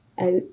out